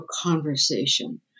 conversation